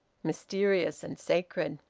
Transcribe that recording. mysterious and sacred.